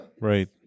Right